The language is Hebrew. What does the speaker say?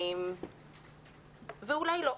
ואולי לא.